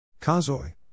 Kazoy